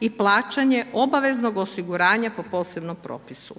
i plaćanje obaveznog osiguranja po posebnom propisu.